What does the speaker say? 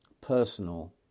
personal